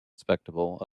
spectacle